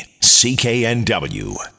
CKNW